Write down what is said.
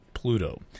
Pluto